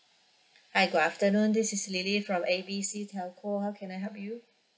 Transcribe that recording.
hi got afternoon this is lily from A B C telco how can I help you